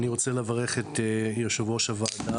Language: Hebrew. אני רוצה לברך את יושב ראש הוועדה,